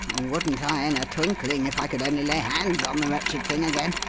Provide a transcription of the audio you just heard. wouldn't i, in a twinkling, if i could only lay hands on the wretched thing again.